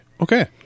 Okay